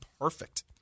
perfect